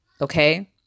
Okay